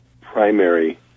primary